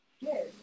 Yes